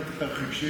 אדוני היושב-ראש.